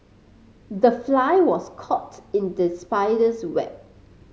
the fly was caught in the spider's web